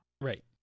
Right